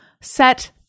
set